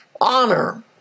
honor